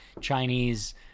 Chinese